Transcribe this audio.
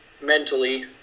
mentally